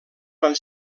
van